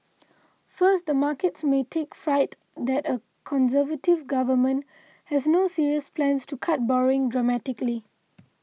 first the markets may take fright that a Conservative government has no serious plans to cut borrowing dramatically